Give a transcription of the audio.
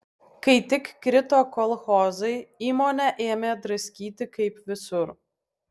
kai tik krito kolchozai įmonę ėmė draskyti kaip visur